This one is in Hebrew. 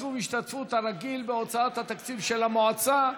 סכום השתתפות הרגיל בהוצאות התקציב של המועצה),